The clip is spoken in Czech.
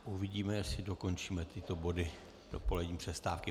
Uvidíme, jestli dokončíme tyto body do polední přestávky.